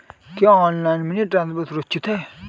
क्या online money transfer सुरक्षित है?